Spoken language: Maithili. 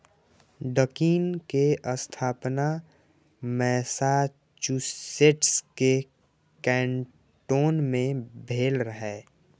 डकिन के स्थापना मैसाचुसेट्स के कैन्टोन मे भेल रहै